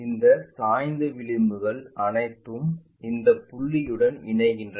இந்த சாய்ந்த விளிம்புகள் அனைத்தும் இந்த புள்ளியுடன் இணைகின்றன